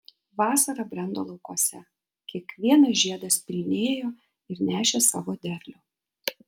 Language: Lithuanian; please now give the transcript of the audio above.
vasara brendo laukuose kiekvienas žiedas pilnėjo ir nešė savo derlių